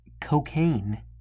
cocaine